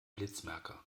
blitzmerker